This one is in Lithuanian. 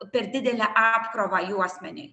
per didelę apkrovą juosmeniui